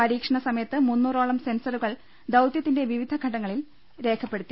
പരീക്ഷണസമയത്ത് മുന്നൂറോളം സെൻസറുകൾ ദൌതൃത്തിന്റെ വിവിധ ഘട്ടങ്ങൾ രേഖപ്പെടുത്തി